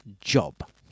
job